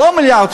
לא 1.3 מיליארד.